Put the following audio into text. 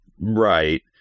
Right